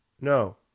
No